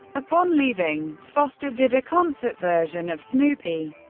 upon leaving, foster did a concert version of snoopy!